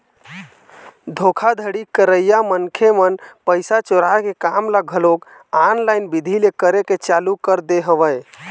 धोखाघड़ी करइया मनखे मन पइसा चोराय के काम ल घलोक ऑनलाईन बिधि ले करे के चालू कर दे हवय